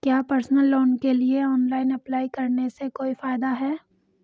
क्या personal loan के लिए ऑनलाइन अप्लाई करने से कोई फायदा है?